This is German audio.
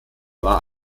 war